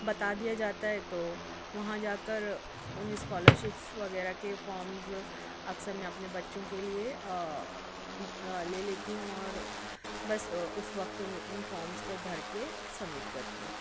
بتا دیا جاتا ہے تو وہاں جا کر ان اسکالرشپس وغیرہ کے فارمز اکثر میں اپنے بچوں کے لیے لے لیتی ہوں اور بس اس وقت ان فارمز کو بھر کے سبمٹ کرتی ہوں